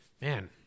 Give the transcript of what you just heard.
man